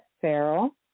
Farrell